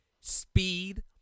Speed